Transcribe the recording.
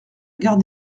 gare